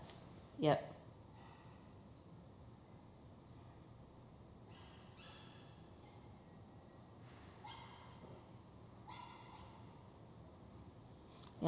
yup yup